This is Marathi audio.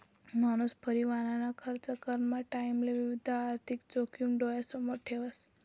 मानूस परिवारना खर्च कराना टाईमले विविध आर्थिक जोखिम डोयासमोर ठेवस